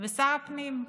ושר הפנים.